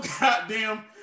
goddamn